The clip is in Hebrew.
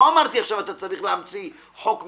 לא אמרתי עכשיו שאתה צריך להמציא חוק מחדש,